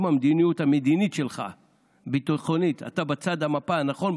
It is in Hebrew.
אם במדיניות המדינית והביטחונית שלך אתה בצד המפה הנכון,